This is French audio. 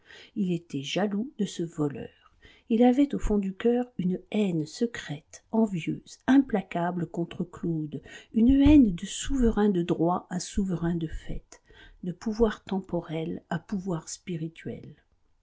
il était jaloux de ce voleur il avait au fond du cœur une haine secrète envieuse implacable contre claude une haine de souverain de droit à souverain de fait de pouvoir temporel à pouvoir spirituel